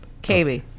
KB